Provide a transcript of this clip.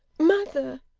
mother,